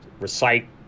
recite